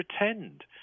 pretend